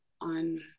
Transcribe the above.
on